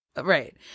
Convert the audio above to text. right